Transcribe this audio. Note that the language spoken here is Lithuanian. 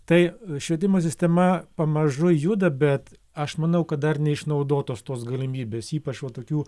tai švietimo sistema pamažu juda bet aš manau kad dar neišnaudotos tos galimybės ypač va tokių